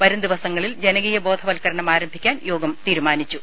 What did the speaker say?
വരും ദിവസങ്ങളിൽ ജനകീയ ബോധവത്കരണം ആരംഭിക്കാൻ യോഗം തീരുമാനിച്ചു